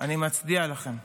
אני מצדיע להם.